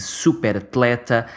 superatleta